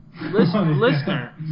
Listener